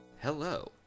Hello